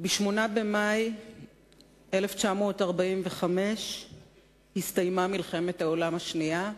ב-8 במאי 1945 הסתיימה מלחמת העולם השנייה,